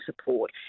support